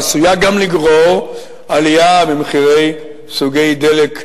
העשויה גם לגרור עלייה במחירי סוגי דלק נוספים.